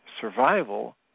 Survival